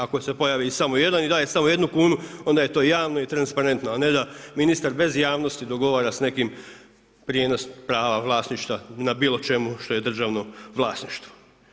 Ako se pojavi i samo jedan i daje samo jednu kunu onda je to javno i transparentno a ne da ministar bez javnosti dogovara sa nekim prijenos prava vlasništva na bilo čemu što je državno vlasništvo.